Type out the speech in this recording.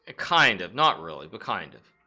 ah kind of not really but kind of